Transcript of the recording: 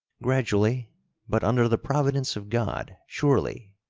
gradually but, under the providence of god, surely,